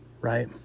right